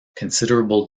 considerable